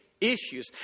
issues